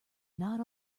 not